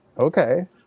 Okay